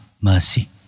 mercy